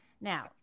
Now